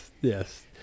Yes